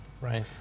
right